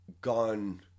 gone